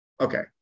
okay